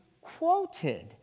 quoted